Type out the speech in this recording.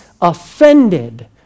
offended